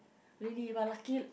really but lucky